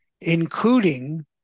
including